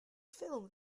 ffilm